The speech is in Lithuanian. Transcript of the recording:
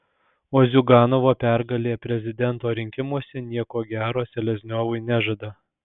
o ziuganovo pergalė prezidento rinkimuose nieko gero selezniovui nežada